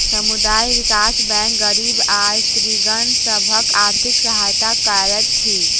समुदाय विकास बैंक गरीब आ स्त्रीगण सभक आर्थिक सहायता करैत अछि